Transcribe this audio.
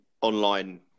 online